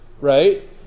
right